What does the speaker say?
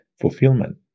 fulfillment